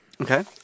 Okay